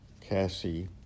Cassie